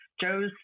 Joe's